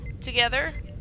together